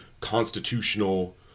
constitutional